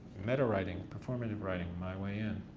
metawriting, performative writing, my way in.